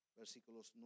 versículos